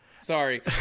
Sorry